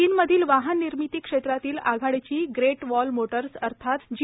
चीनमधील वाहन निर्मिती क्षेत्रातील आघाडीची ग्रेट वॉल मोटर्स अर्थात जी